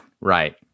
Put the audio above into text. right